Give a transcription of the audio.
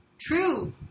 True